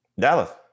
Dallas